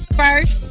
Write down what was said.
first